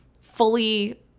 fully